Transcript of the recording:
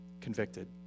convicted